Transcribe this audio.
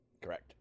Correct